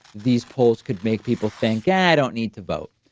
these polls could make people think, i don't need to vote.